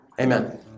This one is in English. Amen